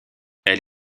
elle